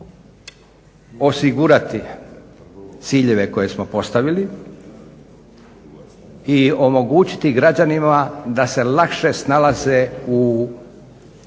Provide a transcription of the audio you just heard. osigurati ciljeve koje smo postavili i omogućiti građanima da se lakše snalaze u